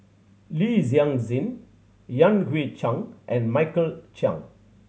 Li Yan Hui Chang and Michael Chiang